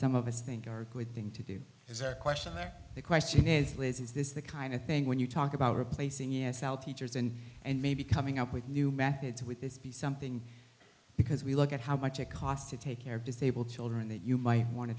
some of us think are good thing to do is our question or the question is is this the kind of thing when you talk about replacing your se years and and maybe coming up with new methods with this be something because we look at how much it costs to take care of disabled children that you might wan